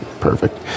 Perfect